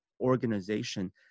organization